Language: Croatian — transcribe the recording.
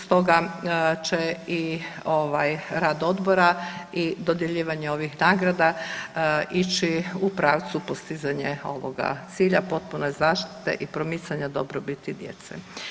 Stoga će i ovaj rad Odbora i dodjeljivanje ovih nagrada ići u pravcu postizanja ovoga cilja, potpune zaštite i promicanja dobrobiti djece.